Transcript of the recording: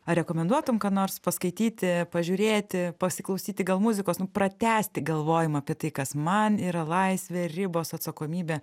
ar rekomenduotum ką nors paskaityti pažiūrėti pasiklausyti gal muzikos nu pratęsti galvojimą apie tai kas man yra laisvė ribos atsakomybė